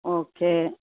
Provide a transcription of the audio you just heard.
okay